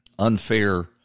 unfair